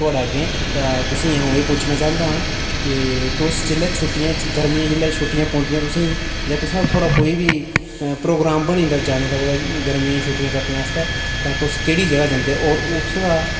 थुहाड़े अग्गें तां तुसें ई अ'ऊं एह् पुच्छना चांह्दा ऐ कि तुस जेल्लै छुट्टियें च गर्मियें जेल्लै छुट्टियें छुट्टियां पौंदियां तुसें गी जां तुस थुहाड़ा कोई बी प्रोग्राम बनी जंदा जाने दा कुतै गर्मियें दियां छुट्टियां कट्टने आस्तै तां तुस केह्ड़ी जगह् जंदे ते उत्थूं दा